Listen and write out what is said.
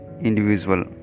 individual